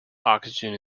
oxygen